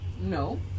No